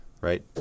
Right